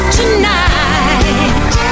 tonight